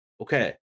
Okay